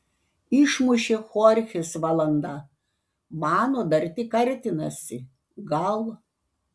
išmušė chorchės valanda mano dar tik artinasi gal